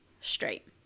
straight